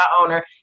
owner